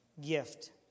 gift